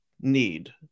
need